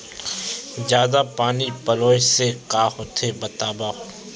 जादा पानी पलोय से का होथे बतावव?